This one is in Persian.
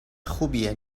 خوبیه